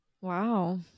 wow